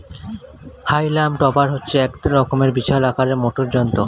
হাইলাম টপার হচ্ছে এক রকমের বিশাল আকারের মোটর যন্ত্র